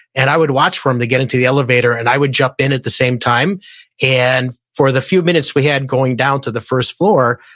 and i would watch for him to get into the elevator, and i would jump in at the same time and for the few minutes we had going down to the first floor,